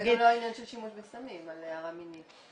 אבל זה לא עניין של שימוש בסמים על הערה מינית.